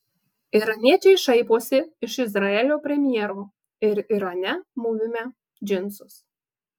iraniečiai šaiposi iš izraelio premjero ir irane mūvime džinsus